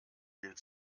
will